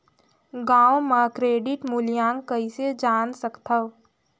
गांव म क्रेडिट मूल्यांकन कइसे जान सकथव?